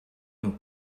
nous